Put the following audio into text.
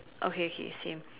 okay kay same